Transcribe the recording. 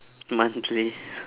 monthly